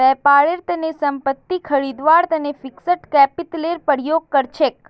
व्यापारेर तने संपत्ति खरीदवार तने फिक्स्ड कैपितलेर प्रयोग कर छेक